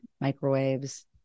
microwaves